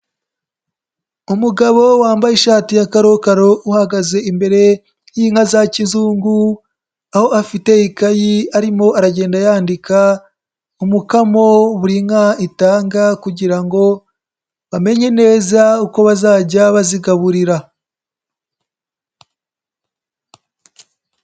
Umugabo wambaye ishati ya karokaro uhagaze imbere y'inka za kizungu, aho afite ikayi arimo aragenda yandika umukamo buri nka itanga kugira ngo bamenye neza uko bazajya bazigaburira.